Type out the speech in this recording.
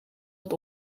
het